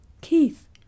Keith